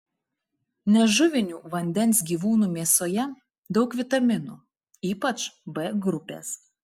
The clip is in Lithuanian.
nežuvinių vandens gyvūnų mėsoje daug vitaminų ypač b grupės